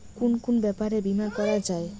কুন কুন ব্যাপারে বীমা করা যায়?